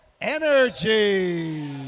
energy